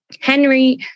Henry